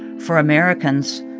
for americans,